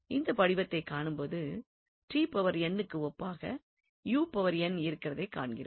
இந்த படிவத்தை காணும்போது க்கு ஒப்பான இருக்கிறதை காண்கிறோம்